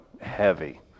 heavy